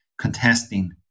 contesting